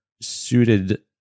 suited